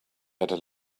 better